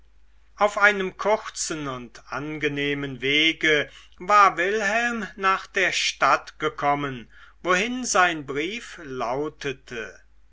auf einem kurzen und angenehmen wege war wilhelm nach der stadt gekommen wohin sein brief lautete